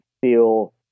feel